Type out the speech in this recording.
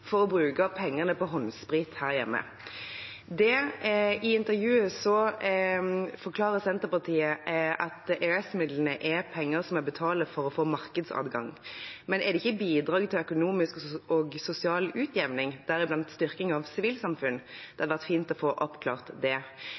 for å bruke pengene på håndsprit her hjemme. I intervju forklarer Senterpartiet at EØS-midlene er penger som vi betaler for å få markedsadgang. Men er det ikke bidrag til økonomisk og sosial utjevning, deriblant styrking av sivilsamfunn? Det hadde vært fint å få oppklart det.